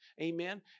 amen